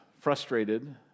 frustrated